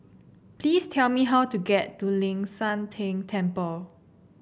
please tell me how to get to Ling San Teng Temple